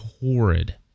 horrid